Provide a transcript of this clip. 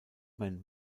man